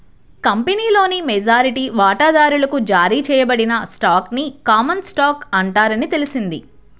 కంపెనీలోని మెజారిటీ వాటాదారులకు జారీ చేయబడిన స్టాక్ ని కామన్ స్టాక్ అంటారని తెలిసింది